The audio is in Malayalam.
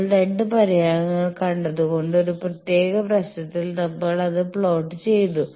നമ്മൾ 2 പരിഹാരങ്ങൾ കണ്ടതുകൊണ്ട് ഒരു പ്രത്യേക പ്രശ്നത്തിൽ നമ്മൾ അത് പ്ലോട്ട് ചെയ്തു